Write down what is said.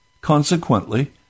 consequently